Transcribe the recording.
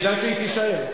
כדאי שהיא תישאר.